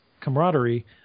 camaraderie